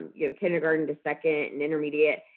you know kindergarten to second and intermediate.